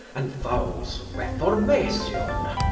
and vowes reformation.